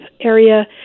area